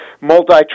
multi